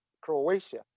Croatia